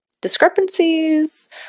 discrepancies